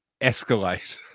escalate